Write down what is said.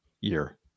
year